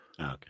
Okay